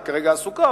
היא כרגע עסוקה,